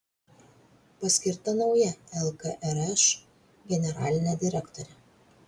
paskirta nauja lkrš generalinė direktorė